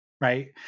right